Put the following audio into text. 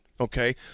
Okay